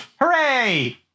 Hooray